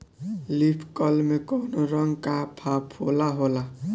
Leaf curl में कौने रंग का फफोला होला?